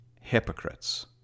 hypocrites